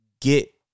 get